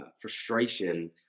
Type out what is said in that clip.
frustration